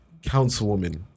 Councilwoman